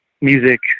music